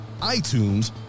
iTunes